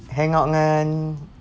hang out dengan